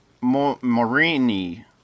morini